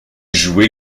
joue